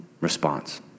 response